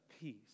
peace